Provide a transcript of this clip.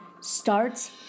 starts